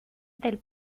del